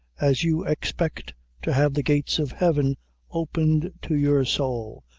as you expect to have the gates of heaven opened to your sowl,